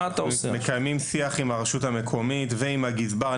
מקיימים שיח עם הרשות המקומית ועם הגזבר.